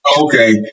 Okay